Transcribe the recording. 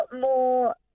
more